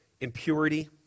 impurity